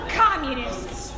communists